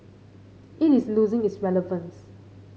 it is losing its relevance